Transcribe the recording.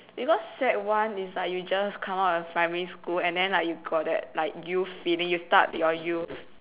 because sec one is like you just come out of primary school and then like you got that like youth feeling you start your youth